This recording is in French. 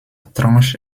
tranche